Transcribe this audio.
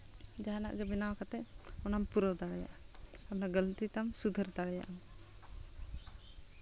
ᱡᱟᱦᱟᱱᱟᱜ ᱜᱮ ᱵᱮᱱᱟᱣ ᱠᱟᱛᱮᱫ ᱚᱱᱟᱢ ᱯᱩᱨᱟᱹᱣ ᱫᱟᱲᱮᱭᱟᱜᱼᱟ ᱚᱱᱟ ᱜᱟᱹᱞᱛᱤ ᱛᱟᱢ ᱥᱩᱫᱷᱟᱹᱨ ᱫᱟᱲᱮᱭᱟᱜᱼᱟ